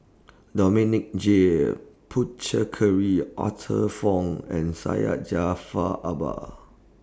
Dominic J Puthucheary Arthur Fong and Syed Jaafar Albar